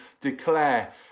declare